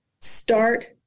start